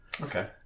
Okay